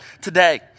today